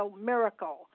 miracle